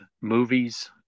movies